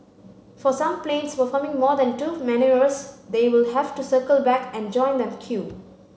for some planes performing more than two manoeuvres they will have to circle back and join the queue